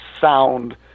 sound